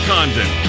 Condon